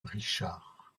richard